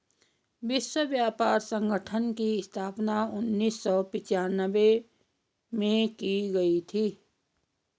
विश्व व्यापार संगठन की स्थापना उन्नीस सौ पिच्यानवे में की गई थी